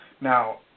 Now